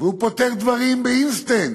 והוא פותר דברים באינסטנט.